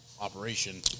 operation